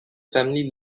family